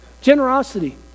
Generosity